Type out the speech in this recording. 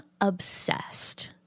obsessed